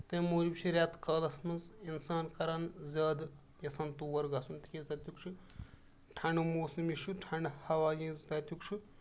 تیٚمہِ موٗجوٗب چھِ رٮ۪تہٕ کالَس منٛز اِنسان کَران زیادٕ یَژھان تور گژھُن تِکیٛازِ تَتیُک چھُ ٹھَنڈٕ موسم یُس چھُ ٹھَنڈٕ ہوا یُس تَتیُک چھُ